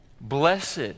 Blessed